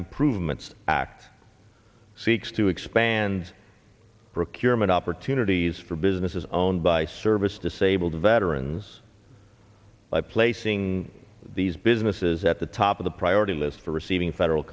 improvements act seeks to expand procurement opportunities for businesses owned by service disabled veterans by placing these businesses at the top of the priority list for receiving federal